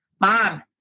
mom